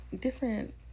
different